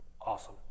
awesome